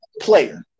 player